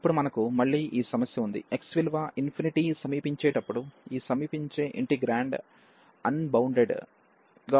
ఇప్పుడు మనకు మళ్ళీ ఈ సమస్య ఉంది x విలువ సమీపించేటప్పుడు ఈ సమీపించే integrand అన్బౌండెడ్ గాగా ఉంటుంది